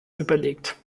überlegt